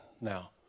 now